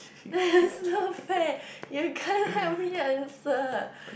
that's not fair you can't help me answer